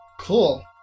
Cool